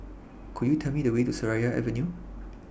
Could YOU Tell Me The Way to Seraya Avenue